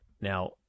Now